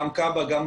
גם כבאות והצלה,